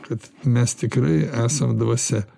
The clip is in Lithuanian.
kad mes tikrai esam dvasia